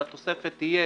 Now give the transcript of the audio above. שהתוספת תהיה